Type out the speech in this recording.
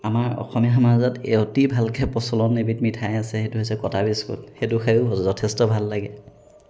আমাৰ অসমীয়া সমাজত অতি ভালকৈ প্ৰচলন এবিধ মিঠাই আছে সেইটো হৈছে কটা বিস্কুট সেইটো খায়ো যথেষ্ট ভাল লাগে